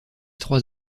trois